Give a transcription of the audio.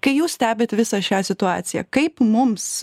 kai jūs stebit visą šią situaciją kaip mums